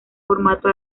formato